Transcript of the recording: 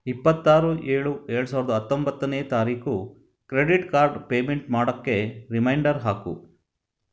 ಇಪ್ಪತ್ತಾರು ಏಳು ಎರಡು ಸಾವಿರದ ಹತ್ತೊಂಬತ್ತನೆ ತಾರೀಕು ಕ್ರೆಡಿಟ್ ಕಾರ್ಡ್ ಪೇಮೆಂಟ್ ಮಾಡೋಕ್ಕೆ ರಿಮೈಂಡರ್ ಹಾಕು